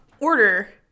order